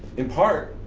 in part,